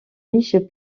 riches